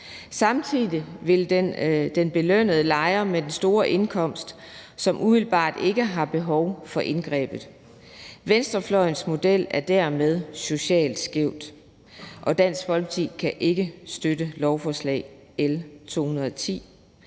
Samtidig ville den belønne lejere med en stor indkomst, som umiddelbart ikke har behov for indgrebet. Venstrefløjens model er dermed socialt skæv, og Dansk Folkeparti kan ikke støtte lovforslag L 210.